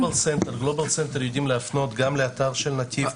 גלובל סנטר יודעים להפנות גם לאתר של נתיב,